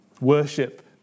worship